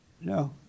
No